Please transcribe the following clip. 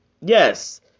Yes